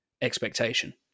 expectation